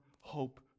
hope